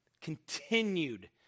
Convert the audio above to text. continued